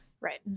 Right